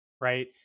Right